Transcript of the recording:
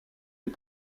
des